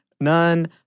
None